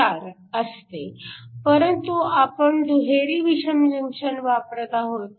4 असते परंतु आपण दुहेरी विषम जंक्शन वापरत आहोत